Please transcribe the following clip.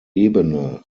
ebene